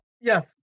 yes